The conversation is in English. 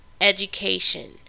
Education